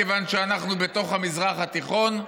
כיוון שאנחנו בתוך המזרח התיכון,